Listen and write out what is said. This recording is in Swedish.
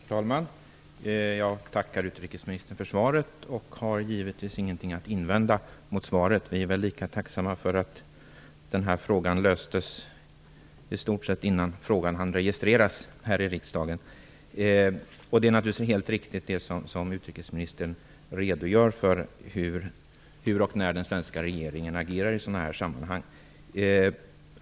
Herr talman! Jag tackar utrikesministern för svaret och har givetvis ingenting att invända mot svaret. Vi är väl lika tacksamma för att det kom en lösning i stort sett innan frågan hann registreras här i riksdagen. Utrikesministerns redogörelse för hur och när den svenska regeringen agerar i sådana här sammanhang är naturligtvis helt riktig.